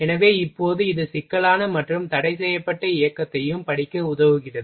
எனவே இப்போது இது சிக்கலான மற்றும் தடைசெய்யப்பட்ட இயக்கத்தையும் படிக்க உதவுகிறது